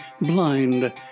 blind